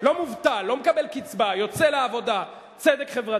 לא מובטל, לא מקבל קצבה, יוצא לעבודה, צדק חברתי.